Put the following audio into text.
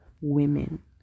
women